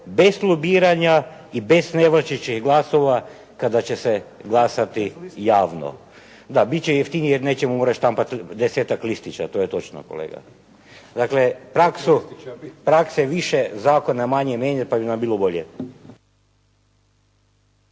bez lobiranja i bez nevažećih glasova kada će se glasati javno. Da, biti će jeftinije jer nećemo morati štampati desetak listića, to je točno kolega. Dakle, prakse više, zakona manje mijenjati pa bi nam bilo bolje.